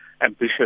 ambitious